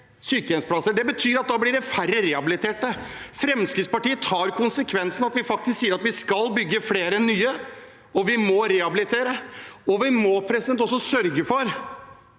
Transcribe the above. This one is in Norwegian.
sykehjemsplasser. Det betyr at det blir færre rehabiliterte. Fremskrittspartiet tar konsekvensen av at vi faktisk sier at vi skal bygge flere nye plasser, og vi må rehabilitere, og vi må også sørge for